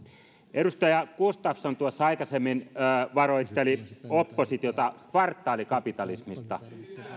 edustaja gustafsson tuossa aikaisemmin varoitteli oppositiota kvartaalikapitalismista